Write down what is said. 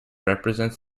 represents